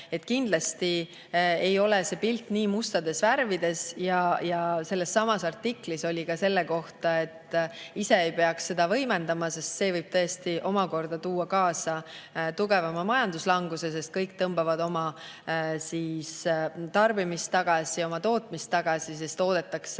Kindlasti ei ole see pilt nii mustades värvides. Sellessamas artiklis oli kirjas ka see, et me ise ei peaks seda [pilti] võimendama, sest see võib tõesti omakorda tuua kaasa tugevama majanduslanguse, kuna kõik tõmbavad oma tarbimist ja ka oma tootmist tagasi, oodatakse